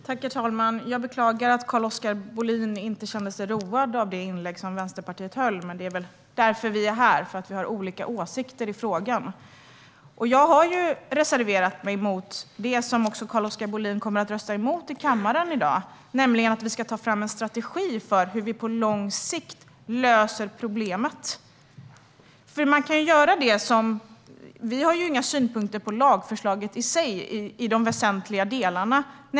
Herr talman! Jag beklagar att Carl-Oskar Bohlin inte kände sig road av mitt vänsterpartistiska inlägg. Men vi är väl här för att ha olika åsikter i frågan. Jag har reserverat mig mot det som också Carl-Oskar Bohlin kommer att rösta emot i kammaren i dag, nämligen att vi ska ta fram en strategi för hur vi på lång sikt löser problemet. Vi har inga synpunkter på lagförslaget i de väsentliga delarna.